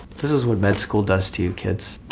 this is what med school does to you kids.